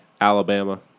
Alabama